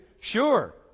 Sure